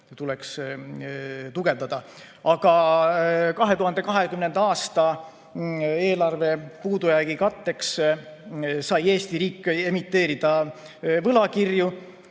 tuleks tugevdada. 2020. aasta eelarve puudujäägi katteks sai Eesti riik emiteerida võlakirju